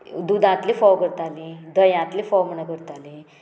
दुदांतले फोव करतालीं दंयांतले फोव म्हण करतालीं